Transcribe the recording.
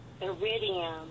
Iridium